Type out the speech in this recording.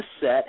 set